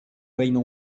reino